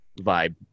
vibe